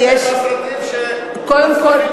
קודם כול,